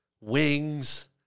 wings